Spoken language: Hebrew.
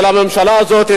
של הממשלה הזאת,